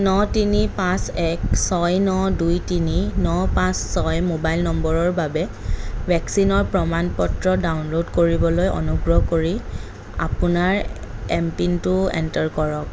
ন তিনি পাঁচ এক ছয় ন দুই তিনি ন পাঁচ ছয় মোবাইল নম্বৰৰ বাবে ভেকচিনৰ প্ৰমাণ পত্ৰ ডাউনলোড কৰিবলৈ অনুগ্ৰহ কৰি আপোনাৰ এম পিনটো এণ্টাৰ কৰক